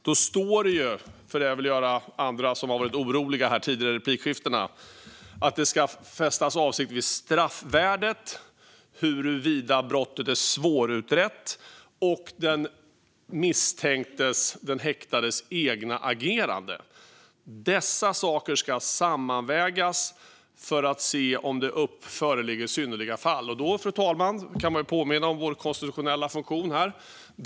Till dem som uttryckt oro i replikskiftena vill jag säga att det står att det ska fästas avseende vid straffvärdet, vid huruvida brottet är svårutrett och vid den häktades eget agerande. Dessa saker ska sammanvägas för att se om det föreligger synnerliga fall. Då, fru talman, kan man påminna om vår konstitutionella funktion här.